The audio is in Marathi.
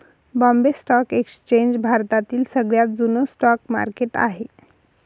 बॉम्बे स्टॉक एक्सचेंज भारतातील सगळ्यात जुन स्टॉक मार्केट आहे